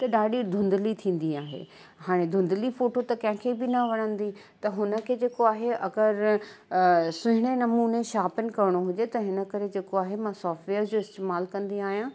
त ॾाढी धुंधली थींदी आहे हाणे धुंधली फोटो त कंहिंखे बि न वणंदी त हुन खे जेको आहे अगरि सुहिणे नमूने शार्पन करिणो हुजे त हिन करे जेको आहे मां सॉफ्टवेयर जो इस्तेमालु कंदी आहियां